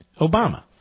Obama